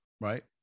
right